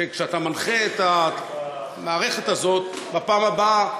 שכשאתה מנחה את המערכת הזאת בפעם הבאה,